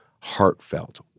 heartfelt